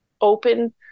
open